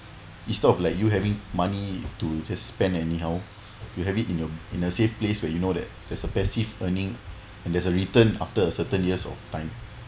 instead of like you having money to just spend anyhow you have it in a in a safe place where you know that there's a passive earnings and there's a return after a certain years of time